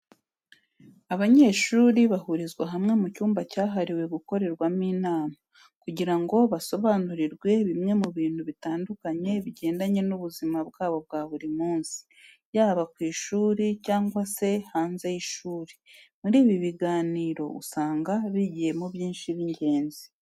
Abanyeshuri bahurizwa hamwe mu cyumba cyahariwe gukorerwamo inama, kugira ngo basobanurirwe bimwe mu bintu bitandukanye bigendanye n'ubuzima bwabo bwa buri munsi, yaba ku ishuri cyangwa se no hanze y'ishuri. Muri ibi biganiro usanga bigiyemo byinshi by'ingenzi.